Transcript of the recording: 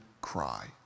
cry